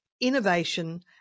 innovation